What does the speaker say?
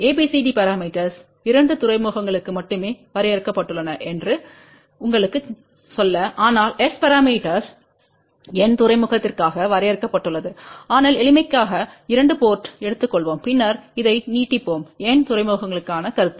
ABCD parameters 2 துறைமுகங்களுக்கு மட்டுமே வரையறுக்கப்பட்டுள்ளன என்று உங்களுக்குச் சொல்ல ஆனால் S பரமீட்டர்ஸ் n துறைமுகத்திற்காக வரையறுக்கப்பட்டுள்ளது ஆனால் எளிமைக்காக 2 போர்ட்டை எடுத்துக் கொள்வோம் பின்னர் இதை நீட்டிப்போம் n துறைமுகங்களுக்கான கருத்து